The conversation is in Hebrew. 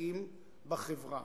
השסעים בחברה.